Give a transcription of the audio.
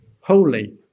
Holy